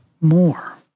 more